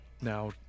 Now